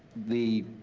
the